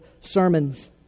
sermons